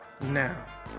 now